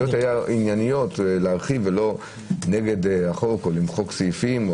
ההסתייגויות היו ענייניות להרחיב ולא נגד החוק או למחוק סעיפים,